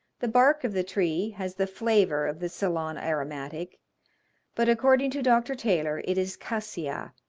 the bark of the tree has the flavor of the ceylon aromatic but, according to dr. taylor, it is cassia.